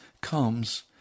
comes